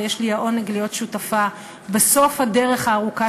ויש לי העונג להיות שותפה בסוף הדרך הארוכה